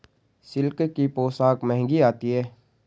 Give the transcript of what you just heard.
silk की पोशाक महंगी आती है